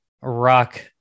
rock